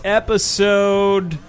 episode